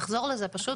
נחזור לזה פשוט.